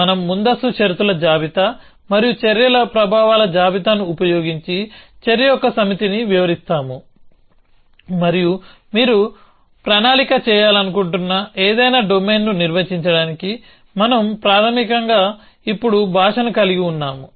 మనం ముందస్తు షరతుల జాబితా మరియు చర్యల ప్రభావాల జాబితాను ఉపయోగించి చర్య యొక్క సమితిని వివరిస్తాము మరియు మీరు ప్రణాళిక చేయాలనుకుంటున్న ఏదైనా డొమైన్ను నిర్వచించడానికి మనం ప్రాథమికంగా ఇప్పుడు భాషను కలిగి ఉన్నాము